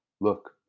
Look